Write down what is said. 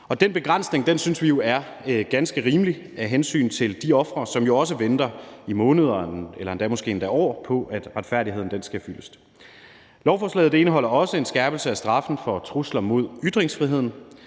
den begrænsning synes vi jo er ganske rimelig af hensyn til de ofre, som også venter i måneder eller måske endda år på, at retfærdigheden sker fyldest. Lovforslaget indeholder også en skærpelse af straffen for trusler mod ytringsfriheden.